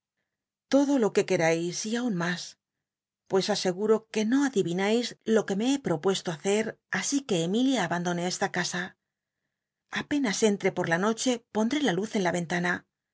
l'oclo lo que c nerais y aun mas pues ascgul'o c ue no adil'inais lo que me he opuesto haect asi c uc emilia abandone esta casa apenas enltc por la noc bc pondré la luz en la ventana